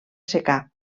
secà